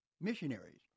missionaries